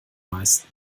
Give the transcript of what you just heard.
meisten